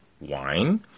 wine